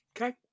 Okay